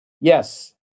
Yes